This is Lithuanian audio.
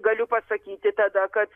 galiu pasakyti tada kad